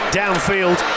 downfield